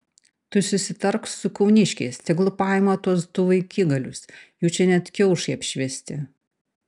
tu susitark su kauniškiais tegul paima tuos du vaikigalius jų čia net kiaušai apšviesti